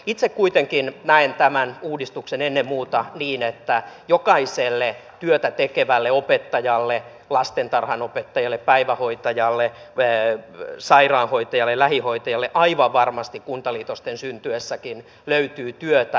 itse kuitenkin näen tämän uudistuksen ennen muuta niin että jokaiselle työtä tekevälle opettajalle lastentarhanopettajalle päivähoitajalle sairaanhoitajalle ja lähihoitajalle aivan varmasti kuntaliitosten syntyessäkin löytyy työtä